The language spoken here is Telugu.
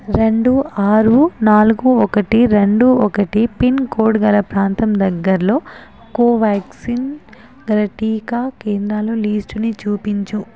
రెండు ఆరు నాలుగు ఒకటి రెండు ఒకటి పిన్కోడ్ గల ప్రాంతం దగ్గరలో కోవ్యాక్సిన్ గల టీకా కేంద్రాల లీస్టుని చూపించు